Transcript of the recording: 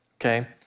okay